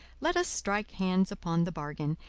let us strike hands upon the bargain,